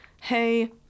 hey